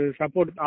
support